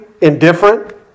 Indifferent